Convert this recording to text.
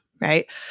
right